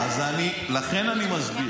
לכן אני מסביר.